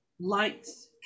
lights